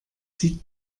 sieht